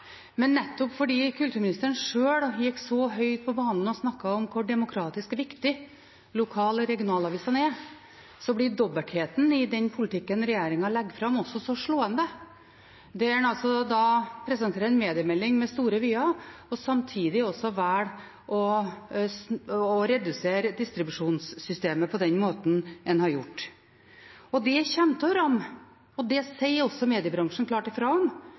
Nettopp fordi kulturministeren sjøl gikk så høyt på banen og snakket om hvor demokratisk viktig lokal- og regionavisene er, blir dobbeltheten i den politikken regjeringen legger fram, også så slående. Man presenterer en mediemelding med store vyer, og samtidig velger man å redusere distribusjonssystemet på den måten man har gjort. Det kommer til å ramme – og det sier også mediebransjen klart ifra om